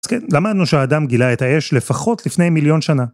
אז כן, למדנו שהאדם גילה את האש לפחות לפני מיליון שנה.